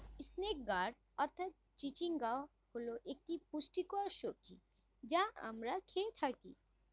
snake gourd অর্থাৎ চিচিঙ্গা হল একটি পুষ্টিকর সবজি যা আমরা খেয়ে থাকি